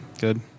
Good